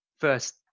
first